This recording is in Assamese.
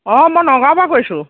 অঁ মই নগাঁৱৰ পৰা কৈছোঁ